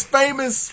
famous